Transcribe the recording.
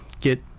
get